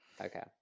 okay